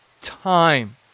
time